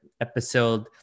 episode